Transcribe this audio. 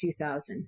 2000